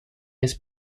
his